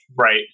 Right